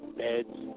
beds